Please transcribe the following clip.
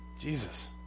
Jesus